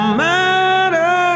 matter